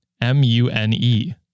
M-U-N-E